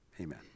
amen